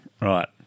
right